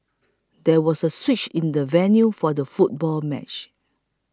there was a switch in the venue for the football match